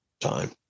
time